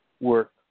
work